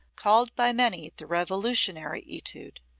called by many the revolutionary etude.